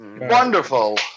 wonderful